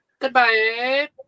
Goodbye